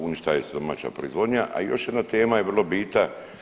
Uništava se domaća proizvodnja, a još jedna tema je vrlo bitna.